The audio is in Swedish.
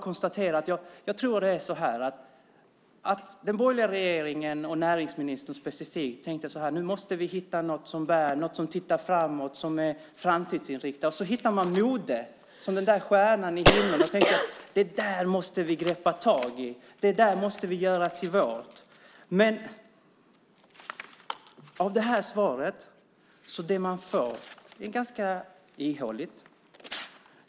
Jag tror att den borgerliga regeringen och näringsministern specifikt har tänkt så här: Nu måste vi hitta något som bär, något som gör att man tittar framåt, som är framtidsinriktat. Så hittar man modet som den där stjärnan på himmelen och tänker: Det där måste vi greppa tag i. Det där måste vi göra till vårt. Det man får av det här svaret är ganska ihåligt.